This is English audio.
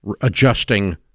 adjusting